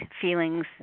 feelings